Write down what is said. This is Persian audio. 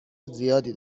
زیادی